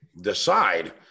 decide